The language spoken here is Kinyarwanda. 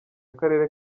akarere